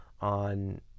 on